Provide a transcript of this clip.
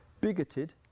bigoted